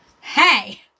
Hey